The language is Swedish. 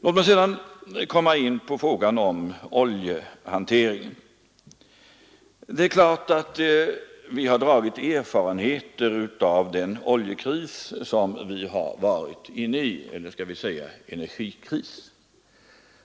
Låt mig sedan gå över till frågan om oljesituationen. Givetvis har vi dragit erfarenheter av den energikris som vi varit inne i.